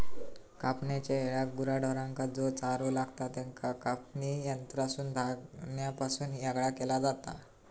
कापणेच्या येळाक गुरा ढोरांका जो चारो लागतां त्याका कापणी यंत्रासून धान्यापासून येगळा केला जाता